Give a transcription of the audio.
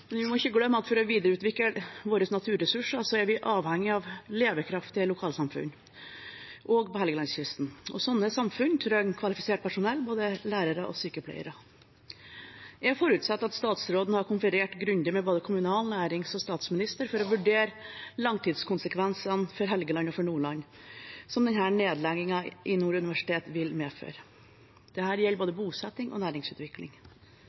Vi må ikke glemme at for å videreutvikle våre naturressurser er vi avhengig av levekraftige lokalsamfunn, også på Helgelandskysten, og sånne samfunn trenger kvalifisert personell, både lærere og sykepleiere. Jeg forutsetter at statsråden har konferert grundig med både kommunal-, nærings- og statsminister for å vurdere langtidskonsekvensene for Helgeland og for Nordland som denne nedleggingen i Nord universitet vil medføre. Dette gjelder både bosetting og næringsutvikling.